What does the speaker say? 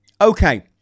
okay –